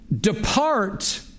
Depart